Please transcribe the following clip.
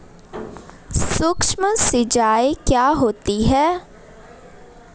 सुक्ष्म सिंचाई क्या होती है?